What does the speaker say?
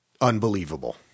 Unbelievable